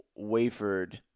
Wayford